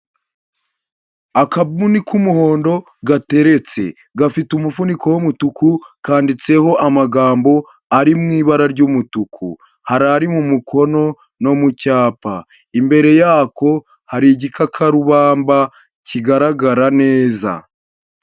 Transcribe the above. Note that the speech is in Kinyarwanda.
Akabuni k'umuhondo gateretse, gafite umufuniko w'umutuku kanditseho amagambo ari mu ibara ry'umutuku, hari ari mu mukono no mu cyapa, imbere yako hari igikakarubamba kigaragara neza.